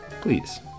please